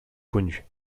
connus